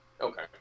Okay